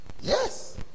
Yes